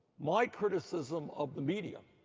my criticism of the media